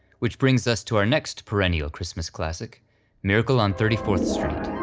which brings us to our next perennial christmas classic miracle on thirty fourth street.